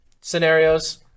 scenarios